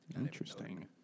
interesting